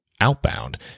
outbound